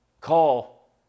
call